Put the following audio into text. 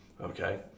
okay